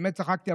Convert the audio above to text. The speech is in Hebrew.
באמת צחקתי,